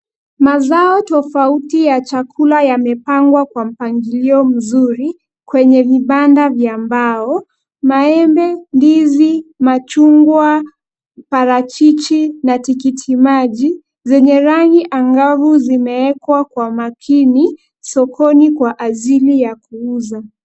Mazao tofauti ya chakula, yampangwa kwa mpangilio mzuri kwene vibanda vya mbao. Maembe, ndizi, machungwa, parachichi na tikitimaji, zenye rangi angavu zimewekwa kwa makini sokoni kwa ajili ya kuuza.